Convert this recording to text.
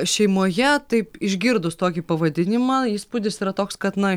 šeimoje taip išgirdus tokį pavadinimą įspūdis yra toks kad na